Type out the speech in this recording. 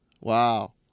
Wow